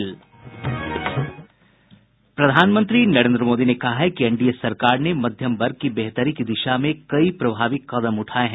प्रधानमंत्री नरेन्द्र मोदी ने कहा है कि एनडीए सरकार ने मध्यम वर्ग की बेहतरी की दिशा में कई प्रभावी कदम उठाये हैं